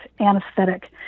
anesthetic